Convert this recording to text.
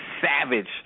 savage